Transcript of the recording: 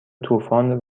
طوفان